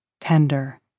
tender